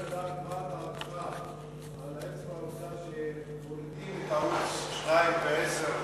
לדעת מה דעתך על עצם העובדה שמורידים את ערוץ 2 וערוץ 10